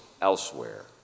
elsewhere